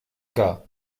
que